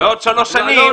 בעוד שלוש שנים,